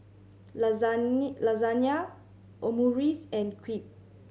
Lasagne Omurice and Crepe